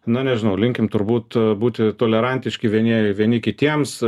na nežinau linkim turbūt būti tolerantiški vieni vieni kitiems